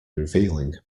revealing